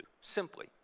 simply